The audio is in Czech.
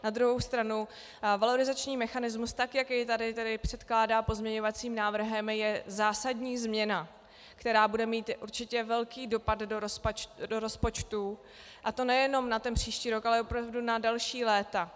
Na druhou stranu valorizační mechanismus, tak jak jej tady předkládá pozměňovacím návrhem, je zásadní změna, která bude mít určitě velký dopad do rozpočtu, a to nejenom na příští rok, ale opravdu na další léta.